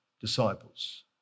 disciples